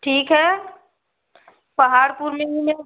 ठीक है पहाड़पुर में ही है